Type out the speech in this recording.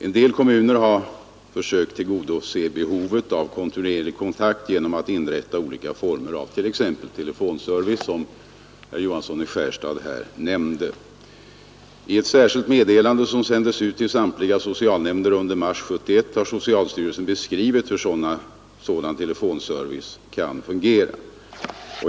En del kommuner har försökt tillgodose behovet av kontinuerlig kontakt genom att t.ex. inrätta olika former av telefonservice, som herr Johansson i Skärstad här nämnde. I ett särskilt meddelande, som sändes ut till samtliga socialnämnder under mars 1971, har socialstyrelsen beskrivit hur sådan telefonservice kan fungera.